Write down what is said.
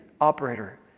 Operator